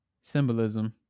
symbolism